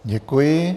Děkuji.